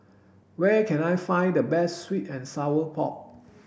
where can I find the best sweet and sour pork